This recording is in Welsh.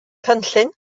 cynllun